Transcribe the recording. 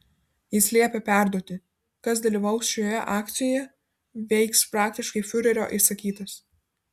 jis liepė perduoti kas dalyvaus šioje akcijoje veiks praktiškai fiurerio įsakytas